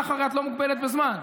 הרי את לא מוגבלת בזמן.